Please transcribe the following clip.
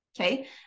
Okay